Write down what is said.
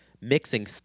mixing